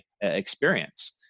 experience